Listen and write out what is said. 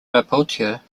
rapporteur